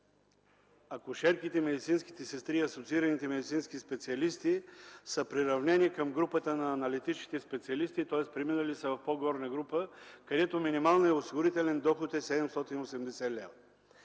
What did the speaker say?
акушерките, медицинските сестри и асоциираните медицински специалисти са приравнени към групата на аналитичните специалисти, тоест преминали са към по-горна група, където минималният осигурителен доход е 780 лв.